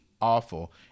awful